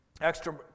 extra